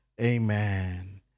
Amen